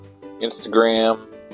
Instagram